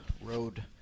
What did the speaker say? road